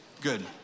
Good